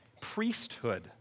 priesthood